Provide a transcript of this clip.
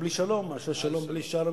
בלי שלום, מאשר שלום בלי שארם-א-שיח'.